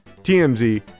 TMZ